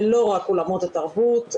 ולא רק אולמות התרבות,